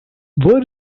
where